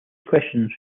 questions